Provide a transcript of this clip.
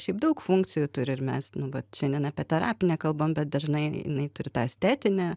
šiaip daug funkcijų turi ir mes nu vat šiandien apie terapinę kalbam bet dažnai jinai turi tą estetinę